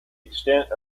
extent